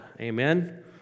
Amen